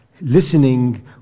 listening